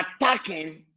attacking